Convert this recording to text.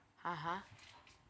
(uh huh)